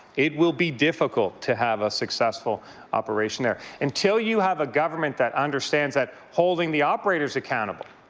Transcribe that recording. it will be difficult to have a successful operation there. until you have a government that understands that holding the operators accountable